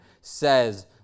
says